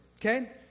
okay